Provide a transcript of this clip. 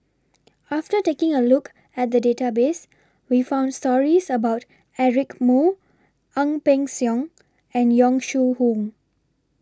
after taking A Look At The Database We found stories about Eric Moo Ang Peng Siong and Yong Shu Hoong